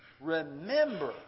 Remember